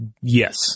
Yes